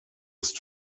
ist